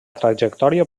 trajectòria